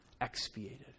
expiated